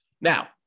now